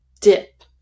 dip